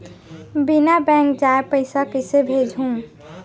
बिना बैंक जाए पइसा कइसे भेजहूँ?